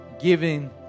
giving